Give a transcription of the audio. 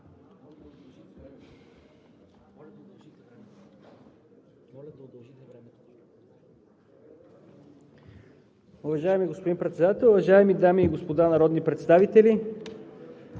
уважаеми господин Председател. Уважаеми дами и господа народни представители,